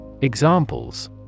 Examples